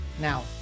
Now